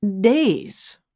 days